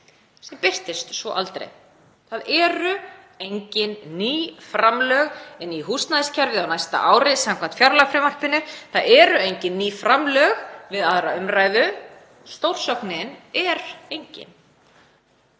sem birtist svo aldrei. Það eru engin ný framlög inn í húsnæðiskerfið á næsta ári samkvæmt fjárlagafrumvarpinu, það eru engin ný framlög við 2. umr. Stórsóknin er engin.